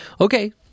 Okay